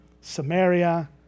Samaria